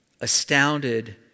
astounded